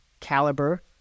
caliber